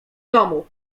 domu